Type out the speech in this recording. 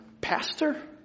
pastor